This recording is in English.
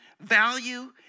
value